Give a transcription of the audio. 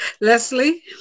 Leslie